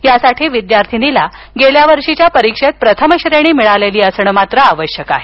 यासाठी विद्यार्थिनीला गेल्या वर्षीच्या परीक्षेत प्रथम श्रेणी मिळालेली असणं मात्र आवश्यक आहे